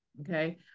Okay